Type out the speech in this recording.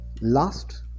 last